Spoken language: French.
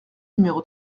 numéro